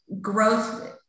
growth